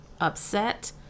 upset